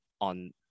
on